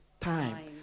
Time